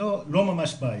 זה לא ממש בית,